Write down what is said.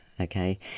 Okay